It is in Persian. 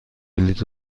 بلیط